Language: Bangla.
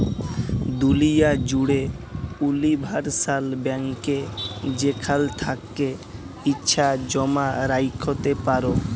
দুলিয়া জ্যুড়ে উলিভারসাল ব্যাংকে যেখাল থ্যাকে ইছা জমা রাইখতে পারো